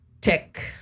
Tech